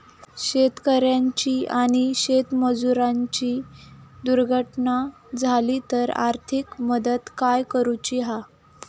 शेतकऱ्याची आणि शेतमजुराची दुर्घटना झाली तर आर्थिक मदत काय करूची हा?